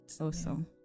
Awesome